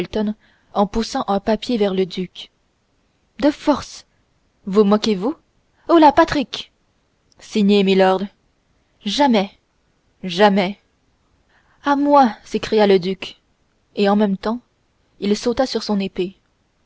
en poussant un papier vers le duc de force vous moquez-vous holà patrick signez milord jamais jamais à moi cria le duc et en même temps il sauta sur son épée